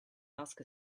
ask